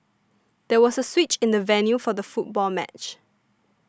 there was a switch in the venue for the football match